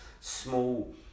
small